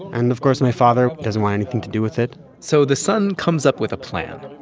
and, of course, my father doesn't want anything to do with it so the son comes up with a plan.